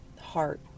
heart